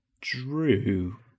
Drew